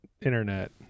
Internet